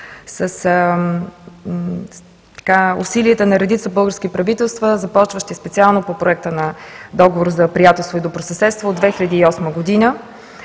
с усилията на редица български правителства, започващи специално по проекта на Договор за приятелство и добросъседство от 2008 г.